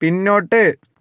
പിന്നോട്ട്